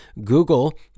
Google